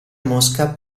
mosca